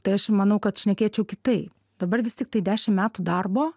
tai aš manau kad šnekėčiau kitaip dabar vis tiktai dešimt metų darbo